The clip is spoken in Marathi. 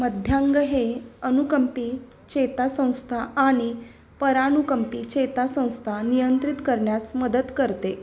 मध्यांग हे अनुकंपी चेतासंस्था आणि परानुकंपी चेतासंस्था नियंत्रित करण्यास मदत करते